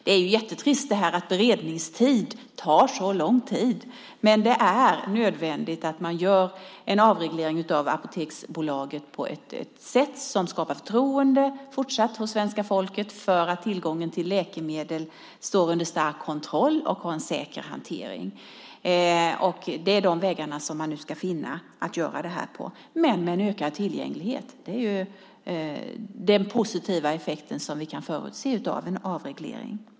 Det är jättetrist att beredningen tar så lång tid, men det är nödvändigt att avregleringen av Apoteksbolaget görs på ett sätt som skapar fortsatt förtroende hos svenska folket för att tillgången till läkemedel står under stark kontroll och att man har en säker hantering. Det är de vägar som man nu ska göra det här på, men med en ökad tillgänglighet - det är den positiva effekt som vi kan förutse av en avreglering.